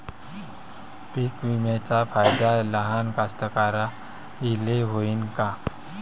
पीक विम्याचा फायदा लहान कास्तकाराइले होईन का?